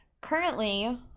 Currently